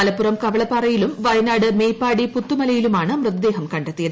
മലപ്പുറം കവളപ്പാറയിലും വയനാട് മേപ്പാടി പുത്തുമലയിലുമാണ് മൃതദേഹം കണ്ടെത്തിയത്